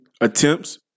attempts